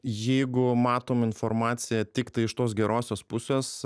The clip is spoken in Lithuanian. jeigu matom informaciją tiktai iš tos gerosios pusės